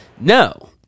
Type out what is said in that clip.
No